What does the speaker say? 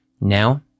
Now